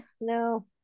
No